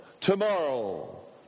tomorrow